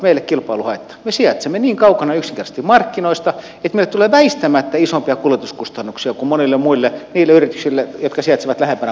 me yksinkertaisesti sijaitsemme niin kaukana markkinoista että meille tulee väistämättä isompia kuljetuskustannuksia kuin monille niille yrityksille jotka sijaitsevat lähempänä markkinoita